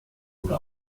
wurde